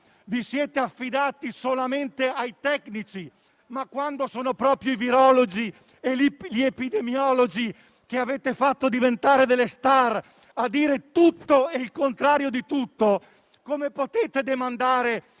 vi siete affidati solamente ai tecnici, quando sono proprio i virologi e gli epidemiologi, che avete fatto diventare delle *star*, a dire tutto e il contrario di tutto. Come potete demandare